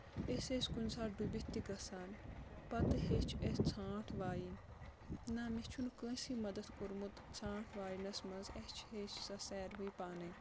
أسۍ ٲسۍ کُنہِ ساتہٕ ڈُبِتھ تہِ گژھان پَتہٕ ہیٚچھ اَسہِ ژھانٛٹھ وایِن نہ مےٚ چھُنہٕ کٲنٛسٕے مَدَتھ کوٚرمُت ژھانٛٹھ واینَس منٛز اَسہِ چھِ ہیٚچھ سۄ ساروٕے پانٕے